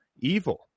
evil